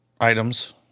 items